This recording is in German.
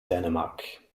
dänemark